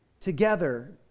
together